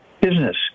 business